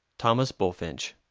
thomas bulfinch.